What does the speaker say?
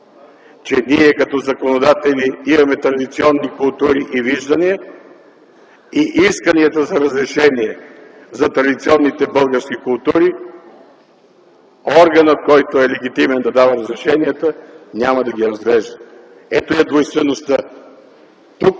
че ние като законодатели имаме традиционни култури и виждания, и исканията за разрешение за традиционните български култури органът, който е легитимен да дава разрешенията, няма да ги разглежда. Ето я двойствеността. Тук